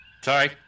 Sorry